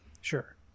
Sure